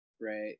Right